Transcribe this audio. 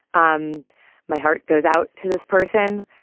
um my heart goes out to this person.